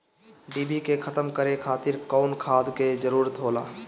डिभी के खत्म करे खातीर कउन खाद के जरूरत होला?